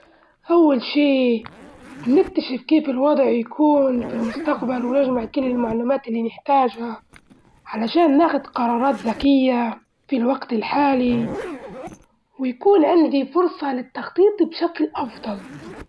أول شي بنكتشف كيف الوضع يكون في المستقبل ونجمع كل المعلومات اللي نحتاجها، علشان ناخد قرارات ذكية في الوقت الحالي ويكون عندي فرصة للتخطيط بشكل أفضل.